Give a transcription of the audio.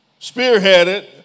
spearheaded